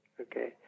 Okay